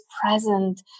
present